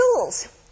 tools